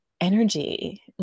energy